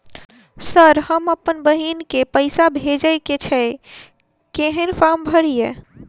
Sir हम अप्पन बहिन केँ पैसा भेजय केँ छै कहैन फार्म भरीय?